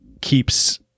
keeps